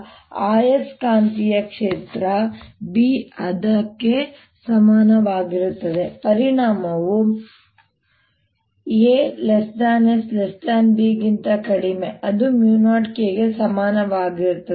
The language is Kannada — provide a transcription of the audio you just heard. ಆದ್ದರಿಂದ ಆಯಸ್ಕಾಂತೀಯ ಕ್ಷೇತ್ರ B ಅದಕ್ಕೆ ಸಮನಾಗಿರುತ್ತದೆ ಪರಿಮಾಣವು asb ಗಿಂತ ಕಡಿಮೆ ಅದು 0K ಗೆ ಸಮನಾಗಿರುತ್ತದೆ